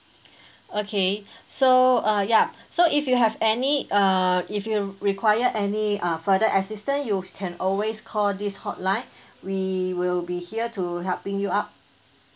okay so uh yup so if you have any err if you require any uh further assistance you can always call this hotline we will be here to helping you out